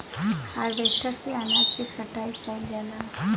harvester से अनाज के कटाई कइल जाला